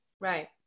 Right